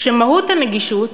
כשמהות הנגישות